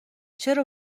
چرا